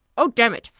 oh, damn it!